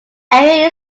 area